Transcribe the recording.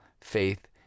faith